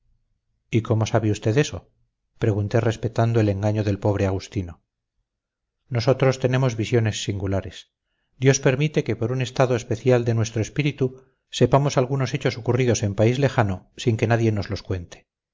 y cómo sabe usted eso pregunté respetando el engaño del pobre agustino nosotros tenemos visiones singulares dios permite que por un estado especial de nuestro espíritu sepamos algunos hechos ocurridos en país lejano sin que nadie nos los cuente